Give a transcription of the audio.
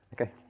Okay